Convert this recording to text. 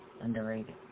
Underrated